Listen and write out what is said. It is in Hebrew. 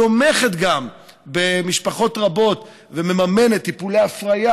תומכת במשפחות רבות ומממנת טיפולי הפריה